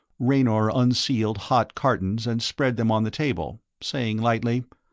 raynor unsealed hot cartons and spread them on the table, saying lightly,